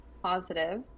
Positive